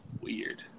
weird